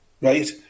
right